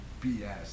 BS